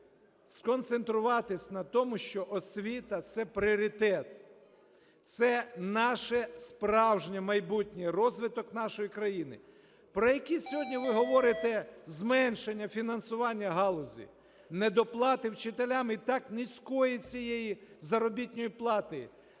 сконцентруватись на тому, що освіта – це пріоритет, це наше справжнє майбутнє, розвиток нашої країни. Про які сьогодні ви говорите зменшення фінансування галузі, недоплати вчителям і так низької цієї заробітної плати,